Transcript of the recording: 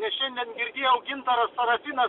nes šiandien gintaras sarafinas